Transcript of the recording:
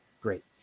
great